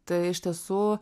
tai iš tiesų